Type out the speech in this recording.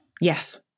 Yes